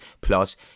plus